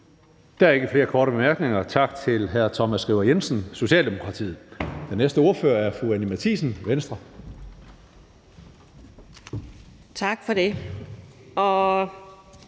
Der er ikke flere korte bemærkninger. Tak til hr. Thomas Skriver Jensen, Socialdemokratiet. Den næste ordfører er fru Anni Matthiesen, Venstre. Kl.